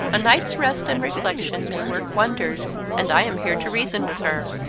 a night's rest and reflection may work wonders, and i am here to reason with her.